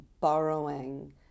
borrowing